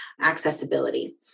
accessibility